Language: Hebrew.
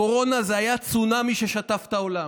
הקורונה הייתה צונאמי ששטף את העולם.